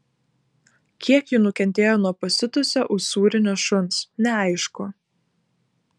kiek jų nukentėjo nuo pasiutusio usūrinio šuns neaišku